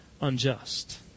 unjust